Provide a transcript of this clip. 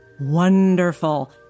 Wonderful